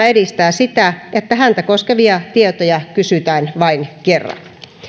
edistää sitä että häntä koskevia tietoja kysytään vain kerran